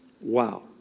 wow